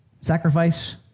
sacrifice